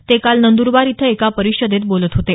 ते काल नंद्रबार इथं एका परिषदेत बोलत होते